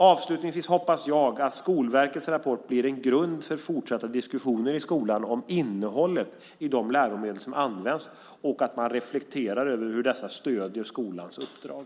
Avslutningsvis hoppas jag att Skolverkets rapport blir en grund för fortsatta diskussioner i skolan om innehållet i de läromedel som används och att man reflekterar över hur dessa stöder skolans uppdrag.